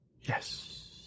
Yes